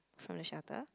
from the shelter